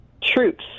troops